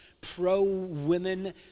pro-women